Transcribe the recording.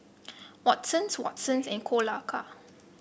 Watsons Watsons and Kolaka